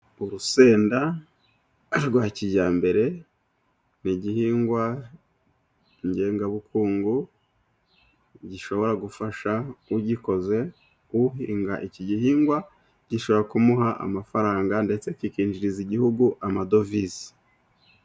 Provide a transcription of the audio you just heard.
Urusenda rwa kijyambere ni igihingwa ngengabukungu, gishobora gufasha ugikoze. Uhinga iki gihingwa gishobora kumuha amafaranga, ndetse kikinjiriza igihugu amadovize.